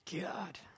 God